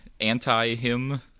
anti-him